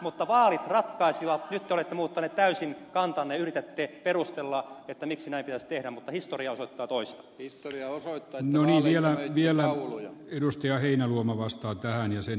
mutta vaalit ratkaisivat nyt te olette muuttaneet täysin kantanne yritätte perustella miksi näin pitäisi tehdä mutta historia osoittaa toista pistesijaa osoittaen neljällä ja nallen edustaja heinäluoma vasta itään ja sen